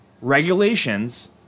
regulations